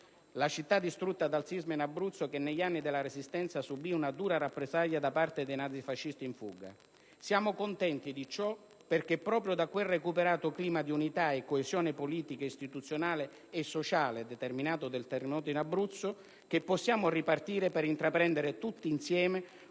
la città distrutta dal sisma in Abruzzo, che negli anni della Resistenza subì una dura rappresaglia da parte dei nazifascisti in fuga. Ne siamo contenti, perché è proprio da quel recuperato clima di unità e coesione politica istituzionale e sociale determinato dal terremoto in Abruzzo che possiamo ripartire per intraprendere tutti insieme